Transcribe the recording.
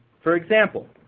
for example,